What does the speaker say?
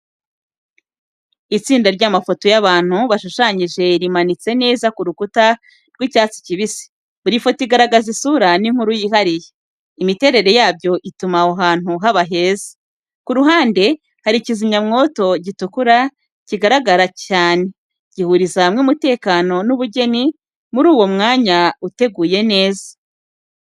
Itsinda ry'amafoto y’abantu bashushanyije rimanitse neza ku rukuta rw’icyatsi kibisi, buri foto igaragaza isura n’inkuru yihariye. Imiterere yabyo ituma aho hantu haba heza. Ku ruhande, hari kizimyamoto gitukura kigaragara cyane, gihuriza hamwe umutekano n'ubugeni muri uwo mwanya uteguye neza.